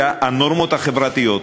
בנורמות החברתיות.